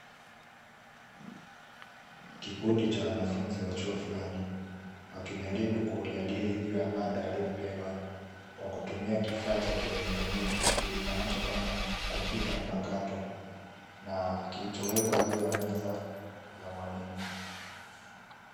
Kikundi cha wanafunzi wa chuo fulani, wakijaribu kujadili juu ya mada waliyopewa kwa kutumia Kifaa cha kielektroniki kijulikanacho kama kompyuta mpakato, kilichowekwa juu ya meza ya mwalimu.